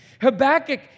Habakkuk